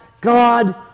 God